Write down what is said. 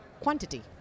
quantity